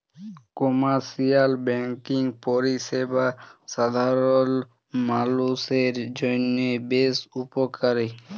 commercial banking পরিষেবা সাধারল মালুষের জন্হে বেশ উপকারী